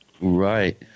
Right